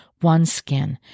OneSkin